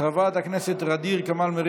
חבר הכנסת ג'אבר עסאקלה,